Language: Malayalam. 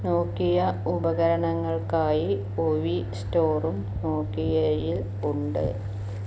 നോക്കിയ ഉപകരണങ്ങൾക്കായി ഒവി സ്റ്റോറും നോക്കിയയിൽ ഉണ്ട്